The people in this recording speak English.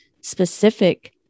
specific